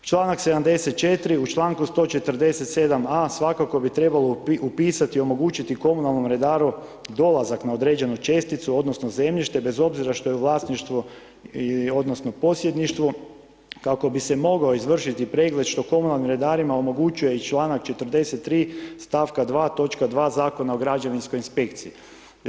Članak 74. u članku 147a, svakako bi trebalo upisati omogućiti komunalnom redaru dolazak na određenu česticu, odnosno zemljište, bez obzira što je u vlasništvu odnosno posjedništvu kako bi se mogao izvršiti pregled, što komunalnim redarima omogućuje i članak 43. stavka 2. točka 2. Zakona o građevinskoj inspekciji.